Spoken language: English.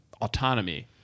autonomy